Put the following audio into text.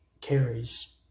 carries